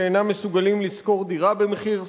שאינם מסוגלים לשכור דירה במחיר סביר,